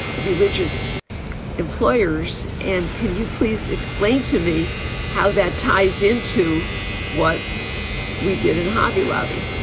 religious employers and can you please explain to me how that ties into what we did in hobby lobby?